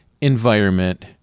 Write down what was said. environment